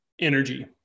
Energy